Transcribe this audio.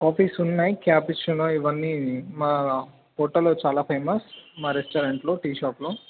office ఉన్నాయి cappuccino ఇవన్నీ మా హోటల్లో చాలా ఫేమస్ మా రెస్టారెంట్లో టీ షాప్లో